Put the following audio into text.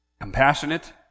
compassionate